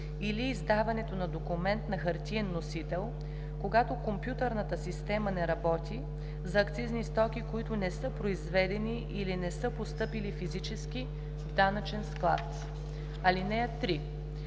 или издаването на документ на хартиен носител, когато компютърната система не работи, за акцизни стоки, които не са произведени или не са постъпили физически в данъчния склад. (3)